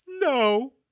no